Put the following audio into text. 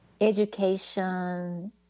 education